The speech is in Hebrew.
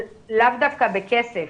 לאו דווקא בכסף.